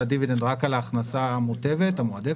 הדיבידנד רק על ההכנסה המוטבת או המועדפת.